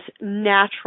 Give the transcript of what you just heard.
natural